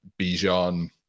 Bijan